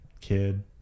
kid